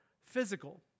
physical